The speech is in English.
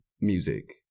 music